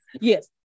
Yes